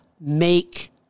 make